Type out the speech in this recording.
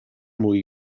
mwy